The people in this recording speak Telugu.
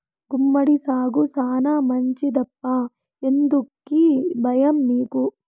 గుమ్మడి సాగు శానా మంచిదప్పా ఎందుకీ బయ్యం నీకు